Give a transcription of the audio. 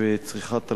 וצריכת אלכוהול.